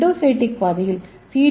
endocytic பாதையில் C